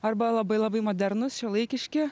arba labai labai modernūs šiuolaikiški